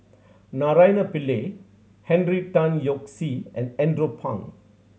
Naraina Pillai Henry Tan Yoke See and Andrew Phang